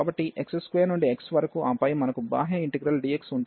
కాబట్టి x2 నుండి x వరకు ఆపై మనకు బాహ్య ఇంటిగ్రల్ dx ఉంటుంది